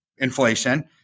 inflation